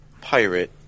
pirate